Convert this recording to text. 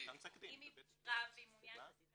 אם היא בגירה והיא מעוניינת לספר את